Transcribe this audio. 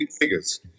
figures